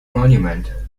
monument